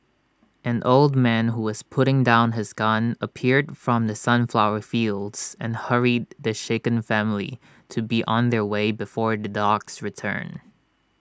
an old man who was putting down his gun appeared from the sunflower fields and hurried the shaken family to be on their way before the dogs return